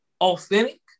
authentic